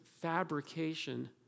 fabrication